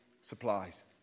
supplies